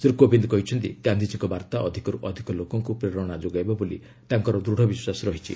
ଶ୍ରୀ କୋବିନ୍ଦ କହିଛନ୍ତି ଗାନ୍ଧୀଜୀଙ୍କ ବାର୍ଭା ଅଧିକରୁ ଅଧିକ ଲୋକଙ୍କୁ ପ୍ରେରଣା ଯୋଗାଇବ ବୋଲି ତାଙ୍କର ଦୂଢ଼ ବିଶ୍ୱାସ ରହିଛି